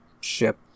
ship